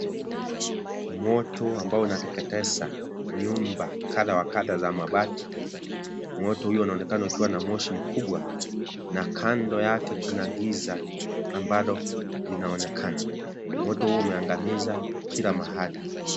Moto ambao unateketeza nyumba kadha wa kadha za mabati , moto huyo unaonekana kuwa na moshi mkubwa na kando yake kuna giza ambalo linaonekana ,moto huo umeangamiza kila mahali.